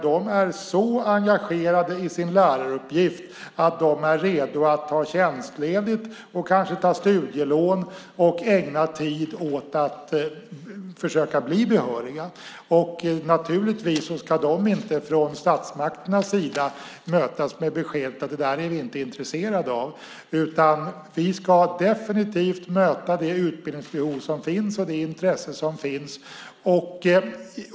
De är så engagerade i sin läraruppgift att de är redo att ta tjänstledigt, kanske ta studielån och ägna tid åt att försöka bli behöriga. De ska naturligtvis inte från statsmakternas sida mötas med beskedet att vi inte är intresserade av det. Vi ska definitivt möta det utbildningsbehov och det intresse som finns.